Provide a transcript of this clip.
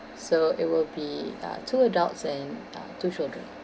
so it will be uh two adults and uh two children